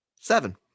Seven